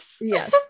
Yes